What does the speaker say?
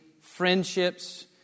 friendships